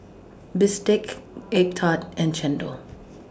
Bistake Egg Tart and Chendol